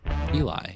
Eli